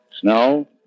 Snow